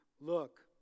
look